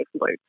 loop